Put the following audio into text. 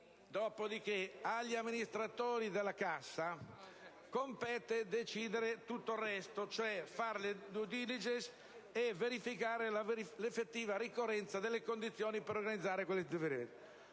Dopo di che agli amministratori della Cassa compete decidere tutto il resto, fare la *due diligence* e verificare l'effettiva ricorrenza delle condizioni per organizzarla. Questa è la visione.